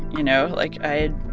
you know? like, i had